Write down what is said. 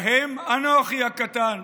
ובהם אנוכי הקטן.